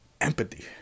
empathy